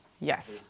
Yes